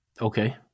Okay